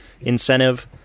incentive